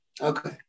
Okay